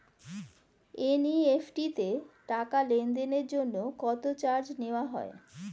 NEFT তে টাকা লেনদেনের জন্য কত চার্জ নেয়া হয়?